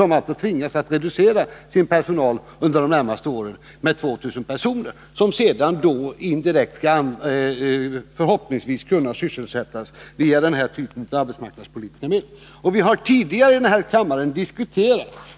Man tvingas där reducera sin personal under de närmaste åren med 2 000 personer, som förhoppningsvis skulle kunna sysselsättas via den typ av arbetsmarknadspolitiska medel som vi nu diskuterar.